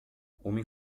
homem